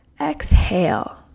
exhale